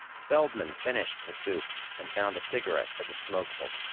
feldman finished the soup, and found a cigarette that was smokable.